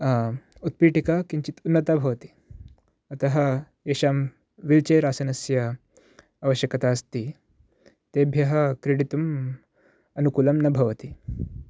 उत्पीटिका किञ्चित् उन्नता भवति अतः एषां वील् चेर् आसनस्य आवश्यकता अस्ति तेभ्यः क्रीडितुम् अनुकूलं न भवति